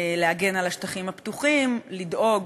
להגן על השטחים הפתוחים, לדאוג